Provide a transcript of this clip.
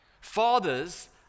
Fathers